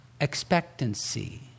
expectancy